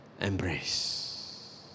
embrace